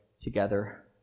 together